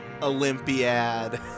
Olympiad